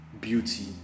beauty